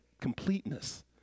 completeness